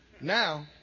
Now